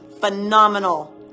phenomenal